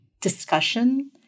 discussion